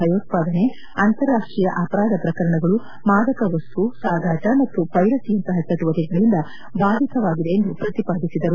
ಭಯೋತ್ವಾದನೆ ಅಂತರಾಷ್ಟೀಯ ಅಪರಾಧ ಪ್ರಕರಣಗಳು ಮಾದಕ ವಸ್ತು ಸಾಗಾಟ ಮತ್ತು ಪೈರಸಿಯಂತಪ ಚಟುವಟಿಕೆಗಳಿಂದ ಬಾಧಿತವಾಗಿದೆ ಎಂದು ಪ್ರತಿಪಾದಿಸಿದರು